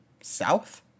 south